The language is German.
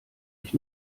ich